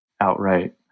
outright